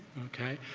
okay?